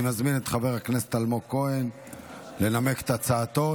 אני מזמין את חבר הכנסת אלמוג כהן לנמק את הצעתו.